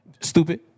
Stupid